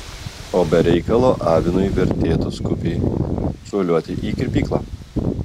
o be reikalo avinui vertėtų skubiai šuoliuoti į kirpyklą